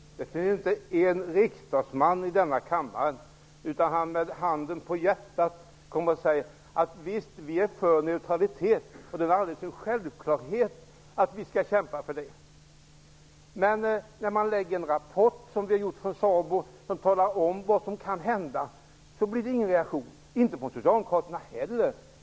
Herr talman! Jag är alldelse övertygad om att det inte finns en enda riksdagsman i denna kammare som inte med handen på hjärtat skulle säga: Visst är vi för neutralitet. Det är självklart att vi skall kämpa för det. Men när SABO presenterar en rapport som visar vad som kan hända blir det ingen reaktion -- inte heller från socialdemokraterna.